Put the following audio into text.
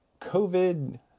COVID